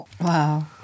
Wow